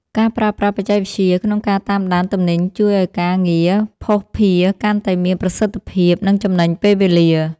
ការប្រើប្រាស់បច្ចេកវិទ្យាក្នុងការតាមដានទំនិញជួយឱ្យការងារភស្តុភារកាន់តែមានប្រសិទ្ធភាព និងចំណេញពេលវេលា។